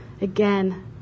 again